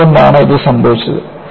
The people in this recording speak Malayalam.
എന്തുകൊണ്ടാണ് ഇത് സംഭവിച്ചത്